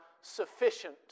sufficient